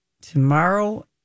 tomorrow